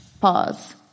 pause